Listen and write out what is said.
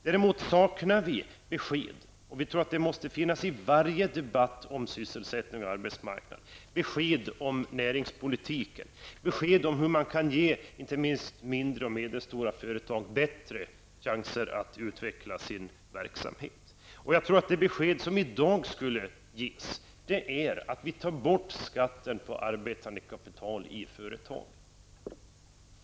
Däremot saknar vi besked -- vi tror att det måste finnas i varje debatt om sysselsättning om arbetsmarknad -- om näringspolitiken. Vi saknar besked om hur man kan ge inte minst mindre och medelstora företag bättre chanser att utveckla sin verksamhet. Jag tror att det besked som i dag borde ges är att vi tar bort skatten på arbetande kapital i företagen.